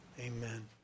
Amen